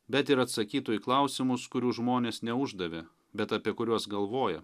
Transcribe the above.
bet ir atsakytų į klausimus kurių žmonės neuždavė bet apie kuriuos galvoja